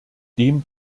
dem